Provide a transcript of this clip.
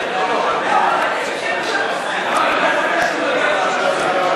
התשע"ה 2015,